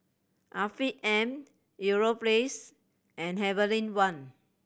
Afiq M Europace and Heavenly Wang